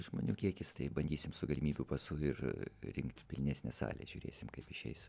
žmonių kiekis tai bandysim su galimybių pasu ir rinkt pilnesnę salę žiūrėsim kaip išeis